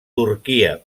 turquia